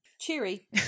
Cheery